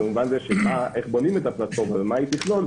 במובן של איך בונים את הפלטפורמה ומה היא תכלול,